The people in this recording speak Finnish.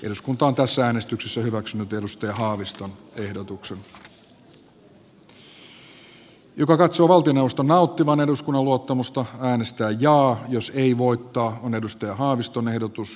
eduskunta on tässä äänestyksessä hyväksynyt ennuste haavisto näin ollen hallitus ei nauti eduskunnan luottamusta äänestä joo jos ei voittoon on edustaja haaviston ehdotus